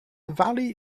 valley